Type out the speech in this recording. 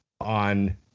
on